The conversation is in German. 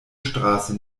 straße